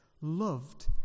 loved